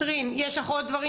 קתרין, יש לך עוד דברים